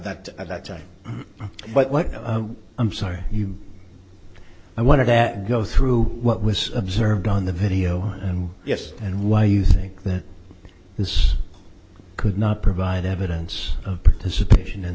that at that time but what i'm sorry you i want to that go through what was observed on the video and yes and why you think that this could not provide evidence of participation in